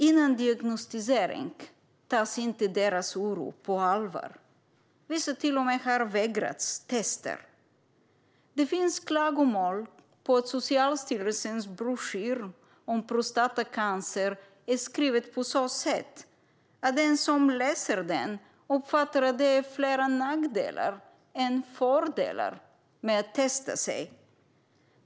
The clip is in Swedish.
Innan diagnostisering har skett tar man inte deras oro på allvar. Vissa har till och med vägrats tester. Det finns klagomål om att Socialstyrelsens broschyr om prostatacancer är skriven på ett sådant sätt att den som läser den uppfattar att det är fler nackdelar än fördelar med att testa sig.